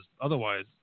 otherwise